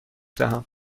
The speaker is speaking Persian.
دهم